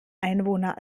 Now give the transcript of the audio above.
einwohner